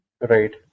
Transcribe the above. Right